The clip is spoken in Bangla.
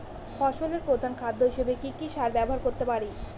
ফসলের প্রধান খাদ্য হিসেবে কি কি সার ব্যবহার করতে পারি?